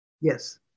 Yes